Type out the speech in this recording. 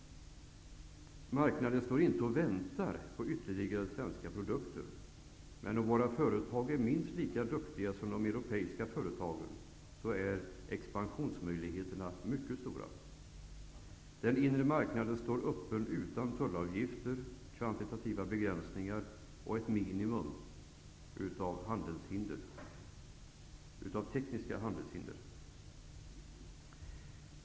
Marknaden väntar inte på ytterligare svenska produkter, men om våra företag är minst lika duktiga som de europeiska företagen, är expansionsmöjligheterna mycket stora. Den inre marknaden står öppen utan tullavgifter, kvantitativa begränsningar och ett minimum av tekniska handelshinder.